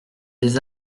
des